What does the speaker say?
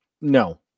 no